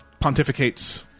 pontificates